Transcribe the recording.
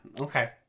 Okay